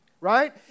right